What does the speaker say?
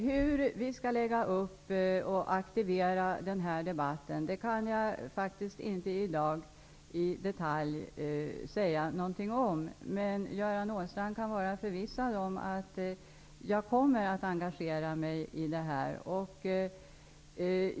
Hur vi skall lägga upp och aktivera den här debatten kan jag faktiskt inte i dag i detalj säga något om. Men Göran Åstrand kan vara förvissad om att jag kommer att engagera mig i denna fråga.